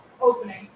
opening